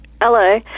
Hello